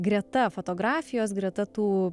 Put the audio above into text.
greta fotografijos greta tų